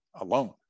alone